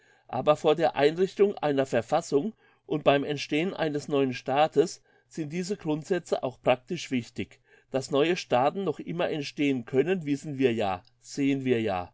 aber vor der einrichtung einer verfassung und beim entstehen eines neuen staates sind diese grundsätze auch praktisch wichtig dass neue staaten noch immer entstehen können wissen wir ja sehen wir ja